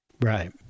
right